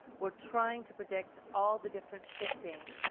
we are trying to predict all the different shifting